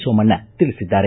ಸೋಮಣ್ಣ ತಿಳಿಸಿದ್ದಾರೆ